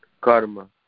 karma